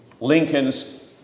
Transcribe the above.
Lincoln's